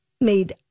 made